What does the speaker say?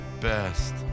best